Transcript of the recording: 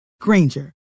Granger